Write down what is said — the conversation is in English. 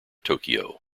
tokyo